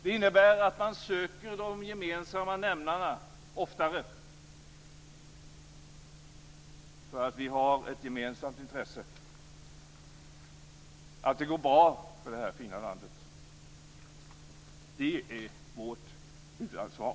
Det innebär att man söker de gemensamma nämnarna oftare. Vi har ett gemensamt intresse av att det går bra för det här fina landet. Det är vårt huvudansvar.